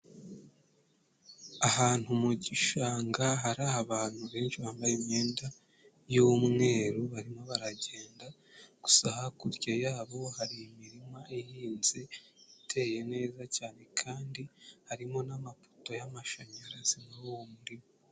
Ahantu mu gishanga hari abantu benshi bambaye imyenda y'umweru. Barimo baragenda gusa hakurya yabo hari imirima ihinze iteye neza cyane kandi harimo n'amapoto y'amashanyarazi muri uwo murima.